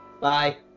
Bye